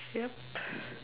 yup